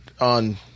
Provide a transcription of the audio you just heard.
on